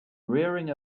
rearing